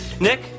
nick